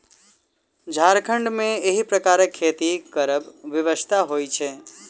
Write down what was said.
झारखण्ड मे एहि प्रकारक खेती करब विवशता होइत छै